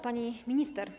Pani Minister!